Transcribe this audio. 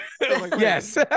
yes